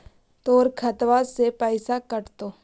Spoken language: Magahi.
तोर खतबा से पैसा कटतो?